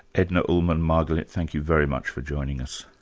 edna ullmann-margalit thank you very much for joining us.